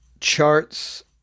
charts